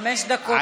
חמש דקות קיבלת.